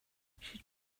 should